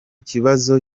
kibazo